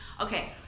Okay